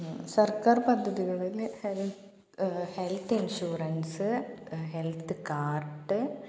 സർക്കാർ പദ്ധതികളിൽ health insurance health card